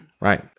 Right